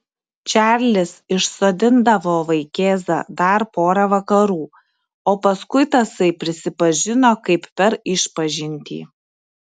čarlis išsodindavo vaikėzą dar pora vakarų o paskui tasai prisipažino kaip per išpažintį